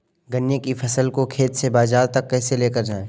गन्ने की फसल को खेत से बाजार तक कैसे लेकर जाएँ?